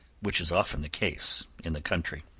which is often the case in the country.